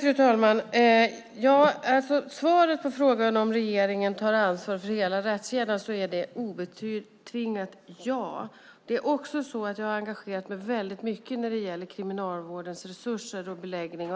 Fru talman! Svaret på frågan om regeringen tar ansvar för hela rättskedjan är obetingat ja. Jag har också engagerat mig mycket när det gäller kriminalvårdens resurser och beläggning.